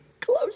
close